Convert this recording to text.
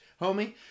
homie